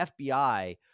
FBI